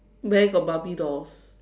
where got Barbie dolls